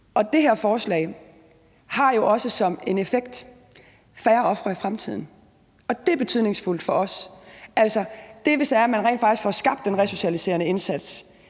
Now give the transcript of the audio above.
Det her forslag har jo også som en effekt: færre ofre i fremtiden. Det er betydningsfuldt for os. Det, vi ser, er, at når man rent faktisk får skabt en resocialiserende indsats